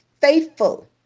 faithful